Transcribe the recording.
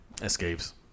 Escapes